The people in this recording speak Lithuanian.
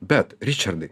bet ričardai